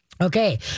Okay